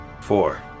Four